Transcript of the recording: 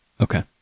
Okay